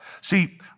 See